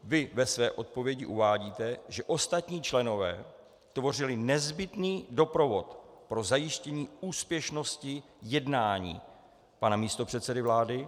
Vy ve své odpovědi uvádíte, že ostatní členové tvořili nezbytný doprovod pro zajištění úspěšnosti jednání pana místopředsedy vlády.